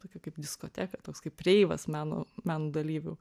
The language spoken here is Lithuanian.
tokia kaip diskoteka toks kaip reivas meno meno dalyvių